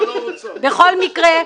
בכל מקרה,